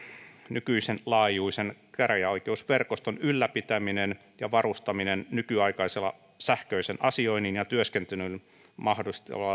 nykyisen laajuisen käräjäoikeusverkoston ylläpitäminen ja varustaminen nykyaikaisella sähköisen asioinnin ja työskentelyn